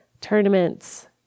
tournaments